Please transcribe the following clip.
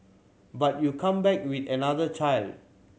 but you come back with another child